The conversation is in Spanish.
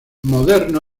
moderno